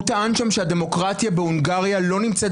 הוא טען שם שהדמוקרטיה בהונגריה לא נמצאת